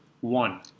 one